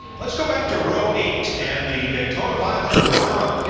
let's go back to row eighty and the daytona five hundred runnerup. yeah